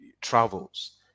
travels